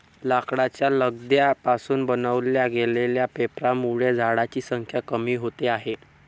लाकडाच्या लगद्या पासून बनवल्या गेलेल्या पेपरांमुळे झाडांची संख्या कमी होते आहे